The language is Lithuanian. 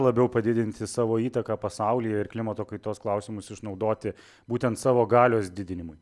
labiau padidinti savo įtaką pasaulyje ir klimato kaitos klausimus išnaudoti būtent savo galios didinimui